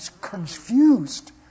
confused